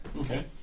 Okay